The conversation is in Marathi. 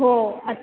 हो अस